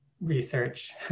research